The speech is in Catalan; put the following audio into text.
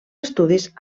estudis